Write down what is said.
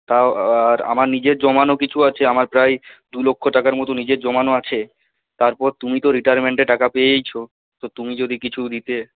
তাও আর আমার নিজের জমানো কিছু আছে আমার প্রায় দু লক্ষ টাকার মতো নিজের জমানো আছে তারপর তুমি তো রিটারমেন্টের টাকা পেয়েইছো তো তুমি যদি কিছু দিতে